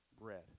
bread